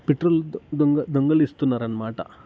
petrol దొంగ దొంగలిస్తున్నారు అనమాట